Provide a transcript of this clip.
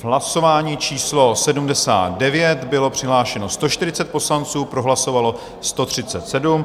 Hlasování číslo 79, bylo přihlášeno 140 poslanců, pro hlasovalo 137.